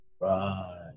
Right